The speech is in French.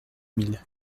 mille